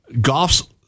Goff's